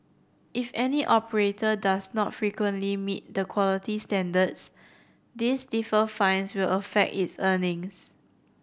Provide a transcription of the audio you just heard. if any operator does not frequently meet the quality standards these stiffer fines will affect its earnings